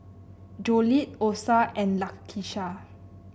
Jolette Osa and Lakisha